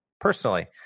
personally